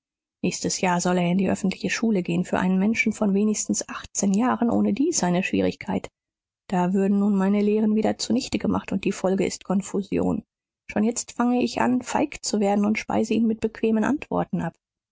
nächstes jahr soll er in die öffentliche schule gehen für einen menschen von wenigstens achtzehn jahren ohnedies eine schwierigkeit da würden nun meine lehren wieder zunichte gemacht und die folge ist konfusion schon jetzt fange ich an feig zu werden und speise ihn mit bequemen antworten ab